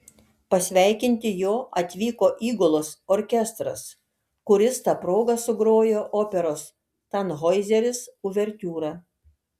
pasveikinti jo atvyko įgulos orkestras kuris ta proga sugrojo operos tanhoizeris uvertiūrą